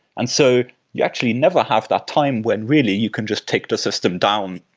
and so you actually never have that time when really you can just take the system down,